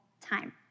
time